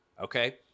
Okay